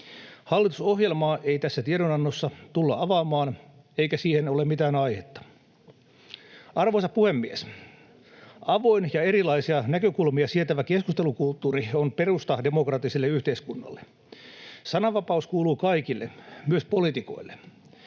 Hallitusohjelmaa ei tässä tiedonannossa tulla avaamaan, eikä siihen ole mitään aihetta. Arvoisa puhemies! Avoin ja erilaisia näkökulmia sietävä keskustelukulttuuri on perusta demokraattiselle yhteiskunnalle. Sananvapaus kuuluu kaikille, myös poliitikoille,